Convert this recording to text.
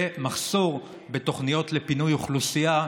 ולמחסור בתוכניות לפינוי אוכלוסייה,